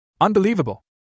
Unbelievable